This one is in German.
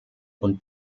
und